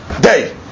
day